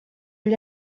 gli